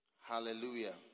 Hallelujah